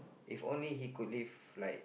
if only he could live like